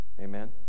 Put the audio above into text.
amen